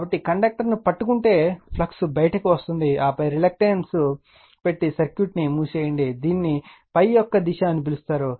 కాబట్టి కండక్టర్ను పట్టుకుంటే ఫ్లక్స్ బయటకు వస్తుంది ఆపై రిలక్టెన్స్ పెట్టి సర్క్యూట్ను మూసివేయండి దీనినే ∅ యొక్క దిశ అని పిలుస్తారు